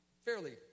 fairly